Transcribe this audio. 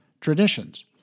traditions